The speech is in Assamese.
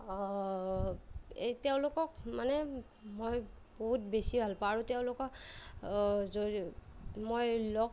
এই তেওঁলোকক মানে মই বহুত বেছি ভাল পাওঁ আৰু তেওঁলোকক মই লগ